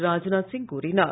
ராஜ்நாத் சிங் கூறினார்